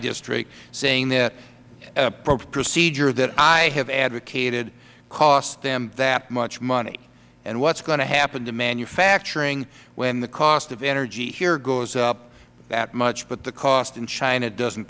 district saying that a procedure that i have advocated cost them that much money and what is going to happen to manufacturing when the cost of energy here goes up that much but the cost in china doesn't